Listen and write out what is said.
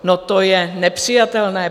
No, to je nepřijatelné.